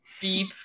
beep